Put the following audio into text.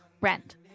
Rent